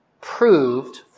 proved